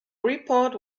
report